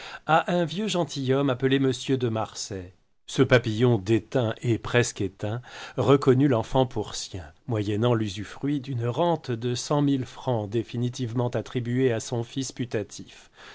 un vieux gentilhomme appelé monsieur de marsay ce papillon déteint et presque éteint reconnut l'enfant pour sien moyennant l'usufruit d'une rente de cent mille francs définitivement attribuée à son fils putatif